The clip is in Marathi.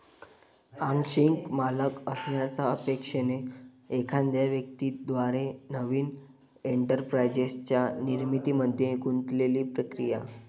आंशिक मालक असण्याच्या अपेक्षेने एखाद्या व्यक्ती द्वारे नवीन एंटरप्राइझच्या निर्मितीमध्ये गुंतलेली प्रक्रिया